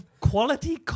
Quality